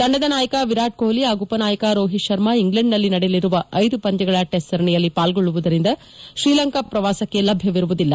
ತಂಡದ ನಾಯಕ ವಿರಾಟ್ ಕೊಹ್ಲಿ ಹಾಗು ಉಪನಾಯಕ ರೋಹಿತ್ ಶರ್ಮಾ ಇಂಗ್ಲೆಂಡ್ನಲ್ಲಿ ನಡೆಯಲಿರುವ ಐದು ಪಂದ್ಯಗಳ ಟೆಸ್ಟ್ ಸರಣಿಯಲ್ಲಿ ಪಾಲ್ಗೊಳ್ಳುವುದರಿಂದ ಶ್ರೀಲಂಕಾ ಪ್ರವಾಸಕ್ಕೆ ಲಭ್ಯವಿರುವುದಿಲ್ಲ